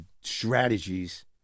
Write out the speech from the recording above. strategies